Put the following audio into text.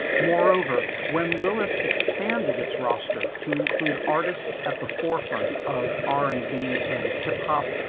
moreover, when lillith expanded its roster to include artists at the forefront of r and b and hip hop,